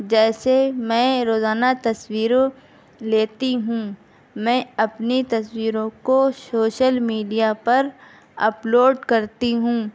جیسے میں روزانہ تصویروں لیتی ہوں میں اپنی تصویروں کو سوشل میڈیا پر اپ لوڈ کرتی ہوں